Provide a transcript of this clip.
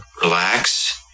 relax